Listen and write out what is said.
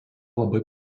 labai